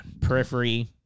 Periphery